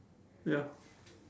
ya